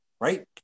right